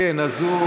אז הוא,